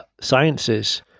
sciences